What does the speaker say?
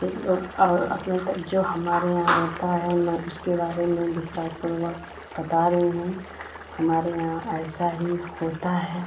जिन लोग और अपना जो हमारे यहाँ होता है हम उसके बारे में विस्तारपूर्वक बता रही हूँ हमारे यहाँ ऐसा ही होता है